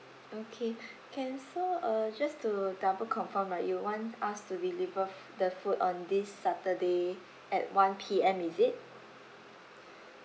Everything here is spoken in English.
okay can so uh just to double confirm ah you want us to deliver f~ the food on this saturday at one P_M is it